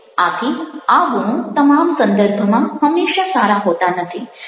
આથી આ ગુણો તમામ સંદર્ભમાં હંમેશાં સારા હોતા નથી